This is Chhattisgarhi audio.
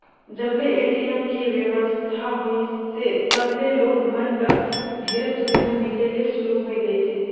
जब ले ए.टी.एम के बेवस्था होइसे तब ले लोग मन ल ढेरेच सुबिधा मिले ले सुरू होए गइसे